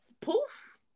Poof